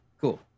cool